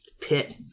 pit